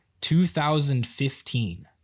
2015